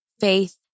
faith